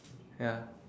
ya